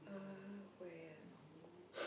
uh where ah